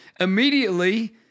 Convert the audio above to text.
immediately